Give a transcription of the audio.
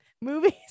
movies